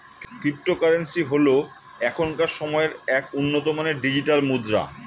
cryptocurrency হল এখনকার সময়ের এক উন্নত মানের ডিজিটাল মুদ্রা